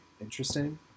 interesting